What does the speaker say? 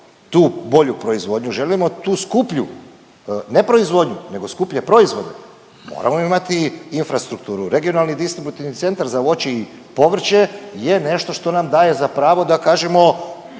tu bolju proizvodnju, želimo tu skuplju ne proizvodnju nego skuplje proizvode, moramo imati infrastrukturu. Regionalni distributivni centar za voće i povrće je nešto što nam daje za pravo da kažemo